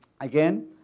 Again